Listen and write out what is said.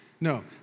No